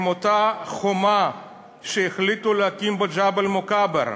את אותה חומה שהחליטו להקים בג'בל-מוכבר.